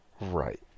Right